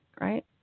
right